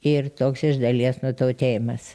ir toks iš dalies nutautėjimas